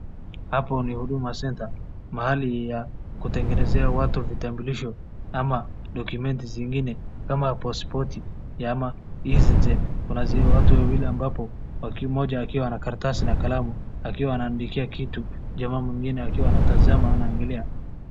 Hapo ni huduma centre mahali ya kutegenezea watu vitambulisho ama dokumenti zingine kama pasipoti ama e-citizen . Kuna watu wawili ambapo mmoja akiwa na karatasi na kalamu akiwa anaandikia kitu jamaa mwingine akiwa anatazama anaangalia.